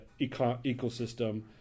ecosystem